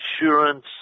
insurance